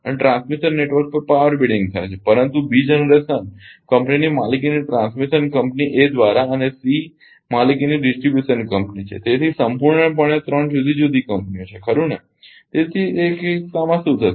અને transmission network પર power bidding થાય છે પરંતુ બી જનરેશન કંપનીની માલિકીની ટ્રાન્સમિશન કંપની એ દ્રારા અને સી માલિકીની ડિસ્ટ્રીબ્યુશન કંપની છે તેથી સંપૂર્ણપણે 3 જુદી જુદી કંપનીઓ છે ખરુ ને તેથી તે કિસ્સામાં શું થશે